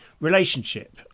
relationship